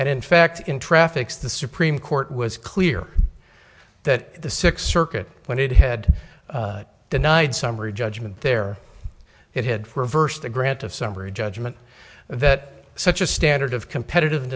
and in fact in traffics the supreme court was clear that the sixth circuit when it had denied summary judgment there it had reversed the grant of summary judgment that such a standard of competitive